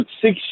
six